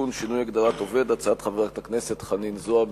(שינוי הגדרת "עובד") הצעת חברת הכנסת חנין זועבי.